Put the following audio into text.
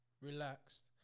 relaxed